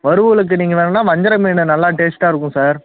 வறுவலுக்கு நீங்கள் வேணும்னால் வஞ்சிர மீன் நல்லா டேஸ்ட்டாக இருக்கும் சார்